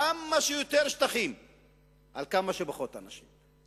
אז זה כמה שיותר שטחים על כמה שפחות אנשים.